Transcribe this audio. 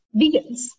vegans